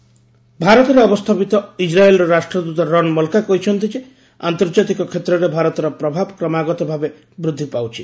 Israel ରାଷ୍ଟ୍ରଦୂତ ଭାରତରେ ଅବସ୍ଥାପିତ ଇସ୍ରାଏଲର ରାଷ୍ଟ୍ରଦୂତ ରନ୍ ମକ୍କା କହି ଛନ୍ତି ଯେ ଆନ୍ତର୍ଜାତୀୟ କ୍ଷେତ୍ରରେ ଭାରତର ପ୍ରଭାବ କ୍ରମାଗତ ଭାବେ ବୃଦ୍ଧି ପାଉଛି